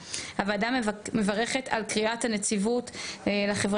6. הוועדה מברכת על קריאת הנציבות לחברה